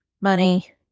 money